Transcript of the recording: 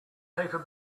paper